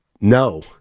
No